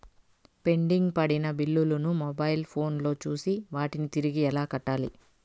pending పడిన బిల్లులు ను మొబైల్ ఫోను లో చూసి వాటిని తిరిగి ఎలా కట్టాలి